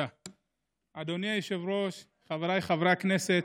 אדוני היושב-ראש, חבריי חברי הכנסת,